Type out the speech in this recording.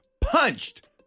punched